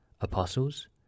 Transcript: Apostles